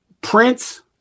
Prince